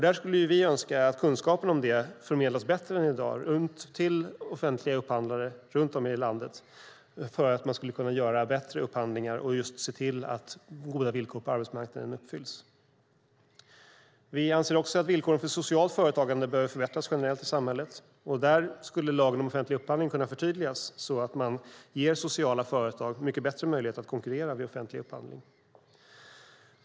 Där skulle vi önska att kunskapen om detta förmedlas bättre än i dag till offentliga upphandlare runt om i landet för att de ska kunna göra bättre upphandlingar och just se till att goda villkor på arbetsmarknaden uppfylls. Vi anser också att villkoren för socialt företagande behöver förbättras generellt i samhället, och där skulle lagen om offentlig upphandling kunna förtydligas så att man ger sociala företag mycket bättre möjligheter att konkurrera vid offentliga upphandlingar.